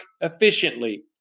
efficiently